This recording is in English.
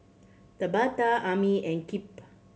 Tabatha Amie and Kipp